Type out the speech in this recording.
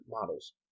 models